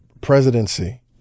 presidency